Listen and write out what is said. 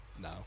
no